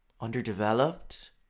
underdeveloped